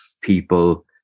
people